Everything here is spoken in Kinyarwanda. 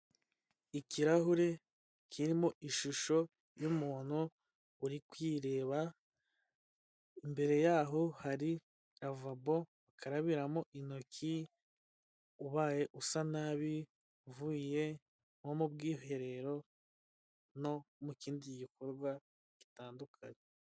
Ikirahure kirimo ishusho y'umuntu uri kwireba, imbere yaho hari ravabo karabimo intoki ubaye usa nabi, uvuye nko mu bwiherero no mu kindi gikorwa gitandukanye.